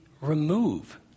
remove